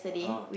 oh